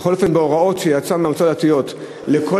בכל אופן בהוראות שיצאו מהמועצות הדתיות לכל